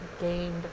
gained